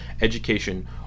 education